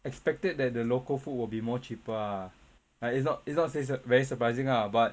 expected that the local food will be more cheaper ah but it's not it's not say very surprising lah but